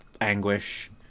anguish